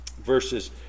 verses